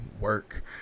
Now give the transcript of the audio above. work